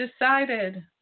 decided